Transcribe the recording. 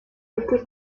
été